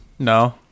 No